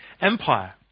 empire